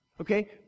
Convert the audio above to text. okay